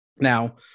Now